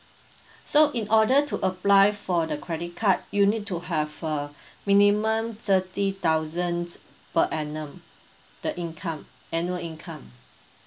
so in order to apply for the credit card you need to have a minimum thirty thousand per annum the income annual income